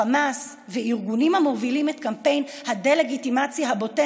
חמאס וארגונים המובילים את קמפיין הדה-לגיטימציה הבוטה